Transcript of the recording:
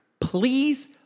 Please